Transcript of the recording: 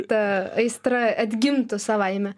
ta aistra atgimtų savaime